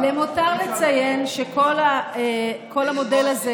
למותר לציין שכל המודל הזה,